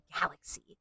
galaxy